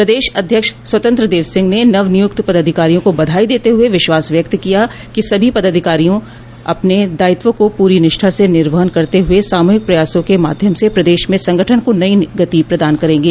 प्रदेश अध्यक्ष स्वतंत्र देव सिंह ने नव नियुक्त पदाधिकारियों को बधाई देते हुए विश्वास व्यक्त किया कि सभी पदाधिकारी अपने दायित्वों को प्री निष्ठा से निवर्हन करते हुए सामुहिक प्रयासों के माध्यम से प्रदेश में संगठन को नई गति प्रदान करेंगे